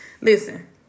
Listen